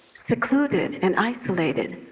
secluded and isolated,